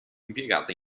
impiegata